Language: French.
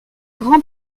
grand